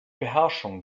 beherrschung